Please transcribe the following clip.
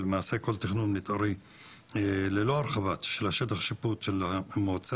ולמעשה כל תכנון מתארי ללא הרחבת שטח השיפוט המועצה,